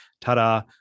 Ta-da